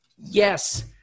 yes